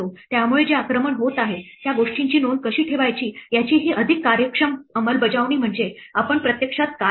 त्यामुळे जे आक्रमण होत आहे त्या गोष्टींची नोंद कशी ठेवायची याची ही अधिक कार्यक्षम अंमलबजावणी म्हणजे आम्ही प्रत्यक्षात काय केले